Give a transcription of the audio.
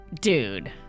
Dude